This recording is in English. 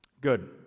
Good